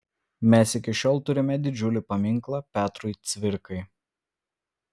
mes iki šiol turime didžiulį paminklą petrui cvirkai